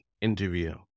interview